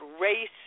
race